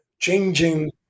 changing